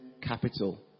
capital